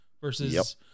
versus